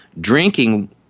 drinking